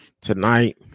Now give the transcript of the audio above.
tonight